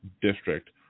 district